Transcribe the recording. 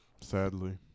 Sadly